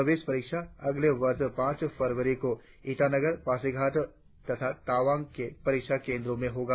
प्रवेश परीक्षा अगले वर्ष पांच फरवरी को ईटानगर पासीघाट तथा तवांग के परीक्षा केंद्रों पर होगी